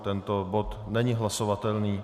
Tento bod není hlasovatelný.